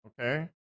okay